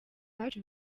bacu